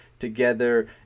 together